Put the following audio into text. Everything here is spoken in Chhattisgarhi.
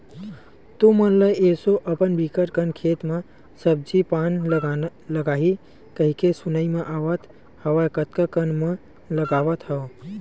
तुमन ल एसो अपन बिकट कन खेत म सब्जी पान लगाही कहिके सुनाई म आवत हवय कतका कन म लगावत हव?